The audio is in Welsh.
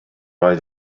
oedd